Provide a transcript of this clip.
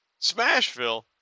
Smashville